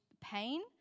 pain